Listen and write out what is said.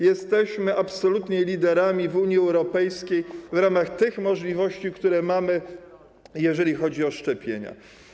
Jesteśmy absolutnie liderami w Unii Europejskiej w ramach tych możliwości, które mamy, jeżeli chodzi o szczepienia.